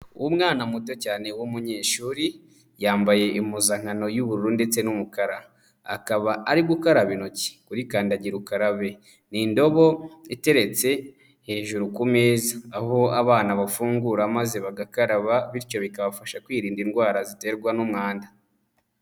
Umwana muto cyane w'umunyeshuri, yambaye impuzankano y'ubururu ndetse n'umukara, akaba ari gukaraba intoki kuri kandagira ukarabe, ni indobo iteretse hejuru ku meza aho abana bafungura maze bagakaraba bityo bikabafasha kwirinda indwara ziterwa n'umwanda.